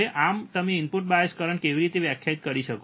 હવે આમ તમે ઇનપુટ બાયસ કરંટને કેવી રીતે વ્યાખ્યાયિત કરી શકો